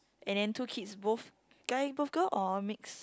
and then two kids both guy both girl or mixed